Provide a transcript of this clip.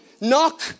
knock